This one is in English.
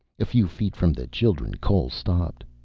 a few feet from the children cole stopped.